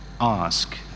ask